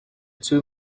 two